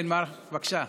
כן, בבקשה.